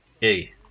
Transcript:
hey